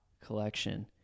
Collection